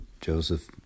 Joseph